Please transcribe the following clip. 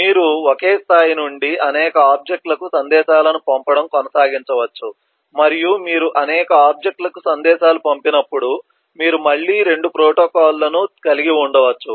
మీరు ఒకే స్థాయి నుండి అనేక ఆబ్జెక్ట్ లకు సందేశాలను పంపడం కొనసాగించవచ్చు మరియు మీరు అనేక ఆబ్జెక్ట్ లకు సందేశాల పంపినప్పుడు మీరు మళ్ళీ 2 ప్రోటోకాల్లను కలిగి ఉండవచ్చు